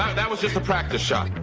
um that was just a practice shot.